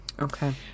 Okay